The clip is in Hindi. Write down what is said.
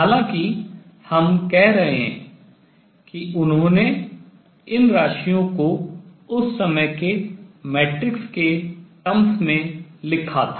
हालांकि हम कह रहे हैं कि उन्होंने इन राशियों को उस समय के मैट्रिक्स के terms पदों में लिखा था